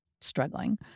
struggling